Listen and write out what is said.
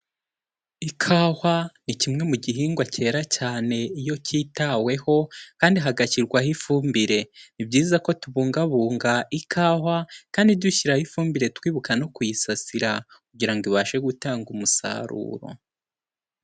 Ikahwa ni kimwe mu gihingwa cyera cyane iyo kitaweho kandi hagashyirwaho ifumbire, ni byiza ko tubungabunga ikawa kandi dushyiraho ifumbire twibuka no kuyisasira kugira ngo ibashe gutanga umusaruro.